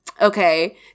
okay